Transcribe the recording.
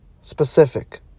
specific